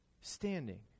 standing